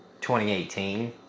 2018